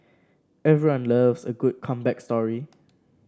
everyone loves a good comeback story